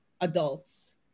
adults